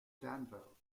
danville